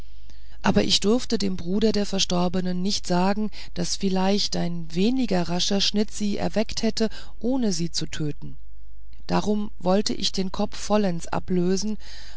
aber ich durfte dem bruder der verstorbenen nicht sagen daß vielleicht ein weniger rascher schnitt sie erweckt hätte ohne sie zu töten darum wollte ich den kopf vollends ablösen